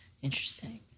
Interesting